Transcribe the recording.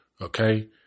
okay